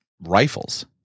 rifles